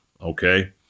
okay